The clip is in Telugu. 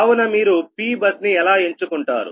కావున మీరు P బస్ ని ఎలా ఎంచుకుంటారు